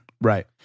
right